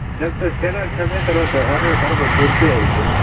जब तो स्टेलर छबे करौ तऽ ऑर्डर करभो तुरते अयतै